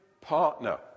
partner